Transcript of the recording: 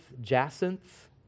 jacinth